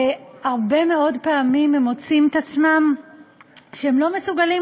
והרבה מאוד פעמים הם מוצאים את עצמם לא מסוגלים